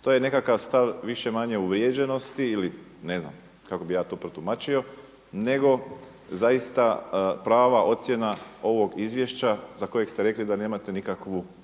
To je nekakav stav više-manje uvrijeđenosti ili ne znam kako bi ja to protumačio, nego zaista prava ocjena ovog izvješća za kojeg ste rekli da nemate nikakvu